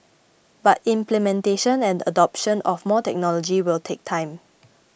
but implementation and adoption of more technology will take time